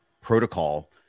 protocol